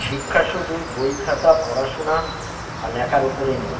শিক্ষা শুধু বই খাতা পড়াশোনা বা লেখার ওপরেই নয়